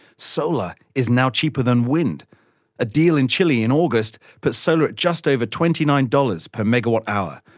solar is now cheaper than wind a deal in chile in august put solar at just over twenty nine dollars per megawatt hour,